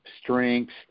strengths